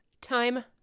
Time